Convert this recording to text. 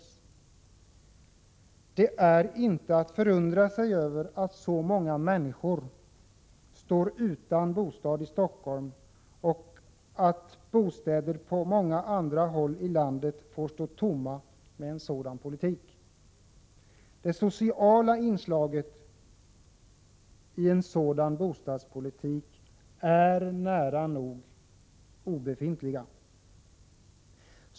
Med en sådan politik är det inte att förundra sig över att så många människor står utan bostad i Stockholm och att bostäder på många andra håll i landet får stå tomma. Det sociala inslaget i denna bostadspolitik är nära nog obefintligt.